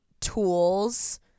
tools